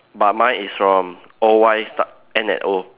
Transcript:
but mine is from O Y start end at O